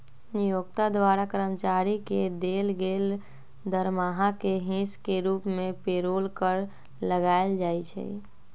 नियोक्ता द्वारा कर्मचारी के देल गेल दरमाहा के हिस के रूप में पेरोल कर लगायल जाइ छइ